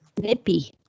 nippy